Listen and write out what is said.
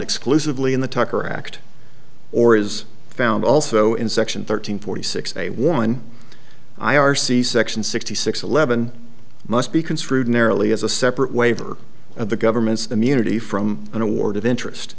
exclusively in the tucker act or is found also in section thirteen forty six a one i r c section sixty six eleven must be construed narrowly as a separate waiver of the government's immunity from an award of interest